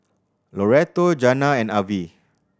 Loretto Jana and Avie